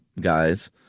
guys